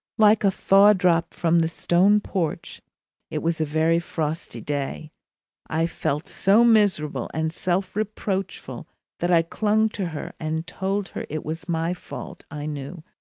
like a thaw-drop from the stone porch it was a very frosty day i felt so miserable and self-reproachful that i clung to her and told her it was my fault, i knew,